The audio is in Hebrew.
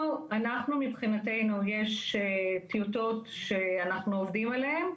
אנחנו מבחנתנו יש טיוטות שאנחנו עובדים עליהם,